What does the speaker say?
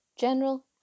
General